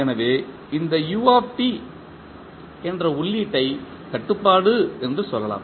எனவே இந்த u என்ற உள்ளீட்டை கட்டுப்பாடு என்று சொல்லலாம்